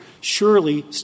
surely